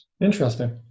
Interesting